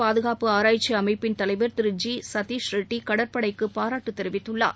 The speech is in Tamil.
பாதுகாப்பு ஆராய்ச்சி அமைப்பின் தலைவர் திரு ஜி சதிஷ் ரெட்டி கடற்படைக்கு பாராட்டு தெரிவித்துள்ளார்